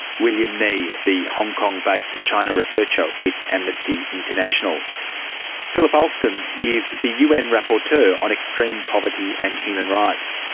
william nee, the hong kong-based china researcher with amnesty international philip alston is the un rapporteur on extreme poverty and human rights.